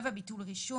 ביטול רישום.